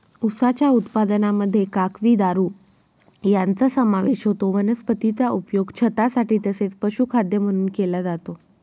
उसाच्या उत्पादनामध्ये काकवी, दारू यांचा समावेश होतो वनस्पतीचा उपयोग छतासाठी तसेच पशुखाद्य म्हणून केला जातो